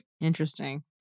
Interesting